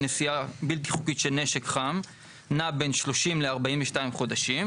נשיאה בלתי חוקית של נשק חם נע בין 30 ל-42 חודשים,